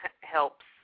helps